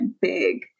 big